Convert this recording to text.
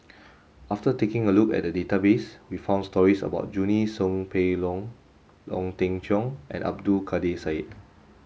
after taking a look at the database we found stories about Junie Sng Poh Leng Ong Teng Cheong and Abdul Kadir Syed